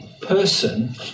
person